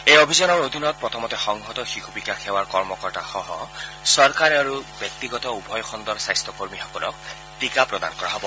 এই অভিযানৰ অধীনত প্ৰথমতে সংহত শিশু বিকাশ সেৱাৰ কৰ্মকৰ্তাসহ চৰকাৰী আৰু ব্যক্তিগত উভয় খণ্ডৰ স্বাস্থ্য কৰ্মীসকলক টীকা প্ৰদান কৰা হ'ব